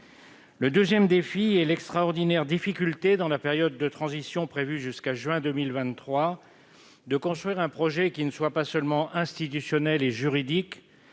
Le deuxième défi est l'extraordinaire difficulté, dans la période de transition prévue jusqu'à la fin du mois de juin 2023, de construire un projet qui ne soit pas seulement institutionnel et juridique,